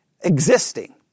existing